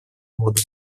воду